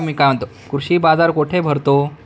कृषी बाजार कुठे भरतो?